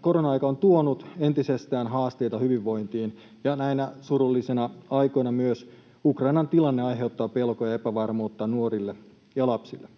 korona-aika on tuonut entisestään haasteita hyvinvointiin, ja näinä surullisina aikoina myös Ukrainan tilanne aiheuttaa pelkoa ja epävarmuutta nuorille ja lapsille.